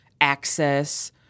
access